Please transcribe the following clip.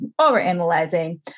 overanalyzing